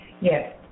Yes